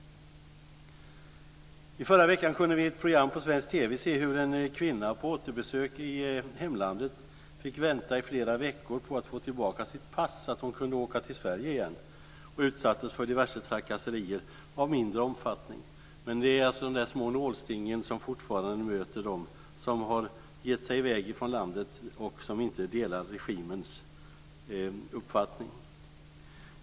I förra veckan kunde vi i ett program i svensk TV se hur en kvinna på återbesök i hemlandet fick vänta i flera veckor på att få tillbaka sitt pass, så att hon kunde åka till Sverige igen. Hon utsattes för diverse trakasserier av mindre omfattning. Det är alltså de där små nålstingen som fortfarande möter dem som har gett sig i väg från landet och som inte delar regimens uppfattning.